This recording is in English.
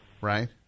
right